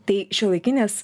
tai šiuolaikinės